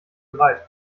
bereit